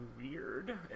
weird